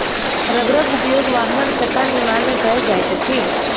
रबड़क उपयोग वाहनक चक्का निर्माण में कयल जाइत अछि